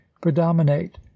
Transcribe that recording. predominate